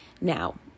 now